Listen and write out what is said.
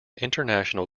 international